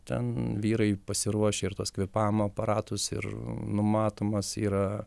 ten vyrai pasiruošia ir tuos kvėpavimo aparatus ir numatomas yra